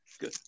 Good